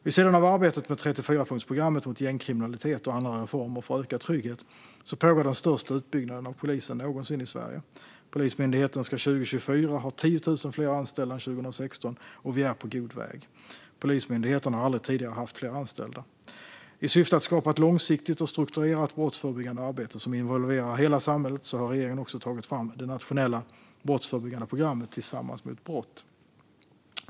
Vid sidan av arbetet med 34-punktsprogrammet mot gängkriminalitet och andra reformer för ökad trygghet pågår den största utbyggnaden av polisen någonsin i Sverige. Polismyndigheten ska 2024 ha 10 000 fler anställda än 2016, och vi är på god väg. Polismyndigheten har aldrig tidigare haft fler anställda. I syfte att skapa ett långsiktigt och strukturerat brottsförebyggande arbete som involverar hela samhället har regeringen tagit fram det nationella brottsförebyggande programmet Tillsammans mot brott.